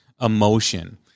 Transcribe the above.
emotion